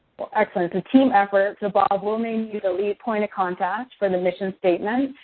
excellent, it's a team effort. so, bob, we'll name you the lead point of contact for the mission statement